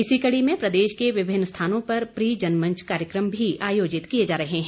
इसी कड़ी में प्रदेश के विभिन्न स्थानों पर प्री जनमंच कार्यक्रम भी आयोजित किए जा रहे हैं